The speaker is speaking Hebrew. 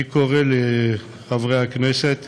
אני קורא לחברי הכנסת